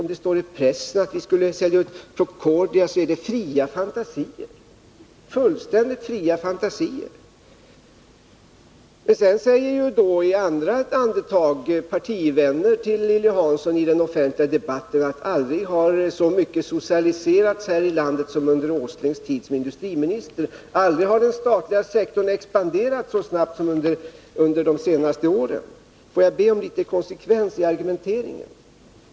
Om det står i pressen att vi skulle sälja ut Procordia, är det fråga om fullständigt fria fantasier. I nästa andetag säger partivänner till Lilly Hansson i den offentliga debatten att aldrig har så mycket socialiserats här i landet som under Nils Åslings tid som industriminister och aldrig har den statliga sektorn expanderat så snabbt som under de senaste åren. Får jag be om litet konsekvens i argumenteringen.